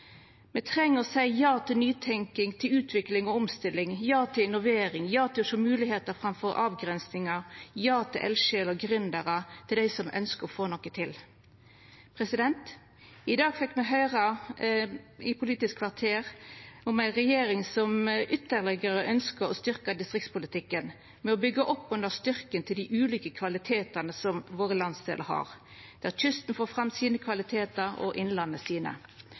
Me treng å seia ja til nytenking, til utvikling og omstilling ja til innovering ja til å sjå moglegheiter framfor avgrensingar ja til eldsjeler og gründerar, til dei som ønskjer å få noko til I dag fekk me i Politisk kvarter høyra om ei regjering som ønskjer ytterlegare å styrkja distriktspolitikken med å byggja opp under styrken til dei ulike kvalitetane som våre landsdelar har – der kysten får fram sine kvalitetar og innlandet sine.